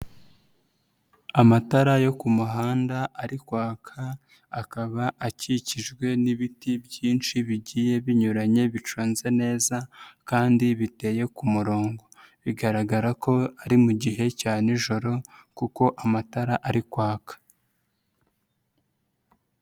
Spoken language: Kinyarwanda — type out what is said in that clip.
Amatara yo ku muhanda ari kwaka akaba akikijwe n'ibiti byinshi bigiye binyuranye biconze neza kandi biteye ku murongo, bigaragara ko ari mu gihe cya nijoro kuko amatara ari kwaka.